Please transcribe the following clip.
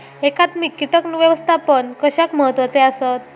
एकात्मिक कीटक व्यवस्थापन कशाक महत्वाचे आसत?